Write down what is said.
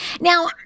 now